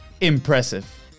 impressive